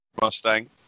Mustang